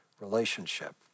relationship